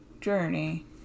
journey